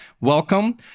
welcome